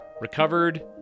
Recovered